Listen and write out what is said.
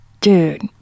Dude